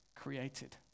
created